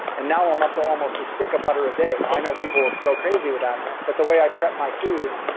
and now i'm up to almost a stick of butter a day. i know people will go crazy with that, but the way i prep my food,